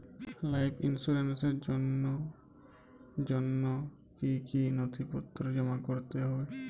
Life ইন্সুরেন্সর জন্য জন্য কি কি নথিপত্র জমা করতে হবে?